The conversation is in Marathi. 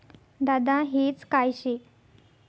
दादा हेज काय शे?